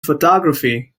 photography